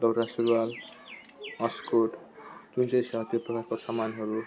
दौरासुरुवाल अस्कोट जुन चाहिँ छ त्यो प्रकारको सामानहरू